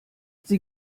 sie